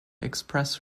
express